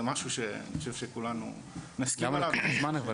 משהו שאני חושב שכולנו נסכים עליו --- למה לוקח זמן אבל,